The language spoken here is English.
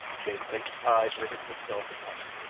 jane clayton's eyes riveted themselves upon it.